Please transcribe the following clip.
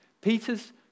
Peter's